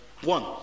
one